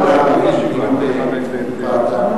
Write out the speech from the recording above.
אדוני, שאין אינסטנציה.